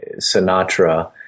Sinatra